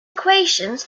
equations